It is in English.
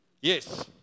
Yes